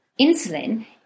insulin